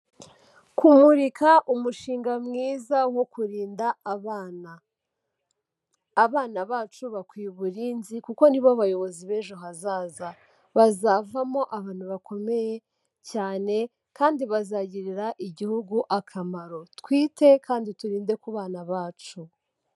Kumurika umushinga mwiza, wo kurinda abana. Abana bacu bakwiye uburinzi, kuko nibo bayobozi b'ejo hazaza. Bazavamo abantu bakomeye cyane, kandi bazagirira igihugu akamaro. Twite kandi turinde ku bana bacu.